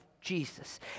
Jesus